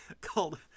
called